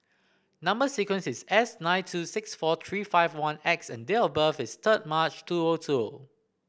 number sequence is S nine two six four three five one X and date of birth is third March two O two